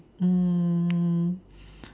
mm